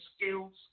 skills